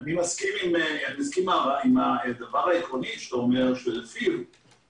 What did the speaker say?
אני מסכים עם הדבר העקרוני שאומר שכאשר